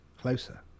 Closer